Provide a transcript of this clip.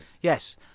Yes